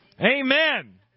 Amen